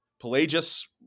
Pelagius